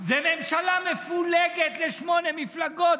זאת ממשלה שמפולגת לשמונה מפלגות,